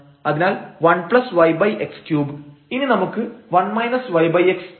അതിനാൽ 1yx3 ഇനി നമുക്ക് 1 yx ഉണ്ട്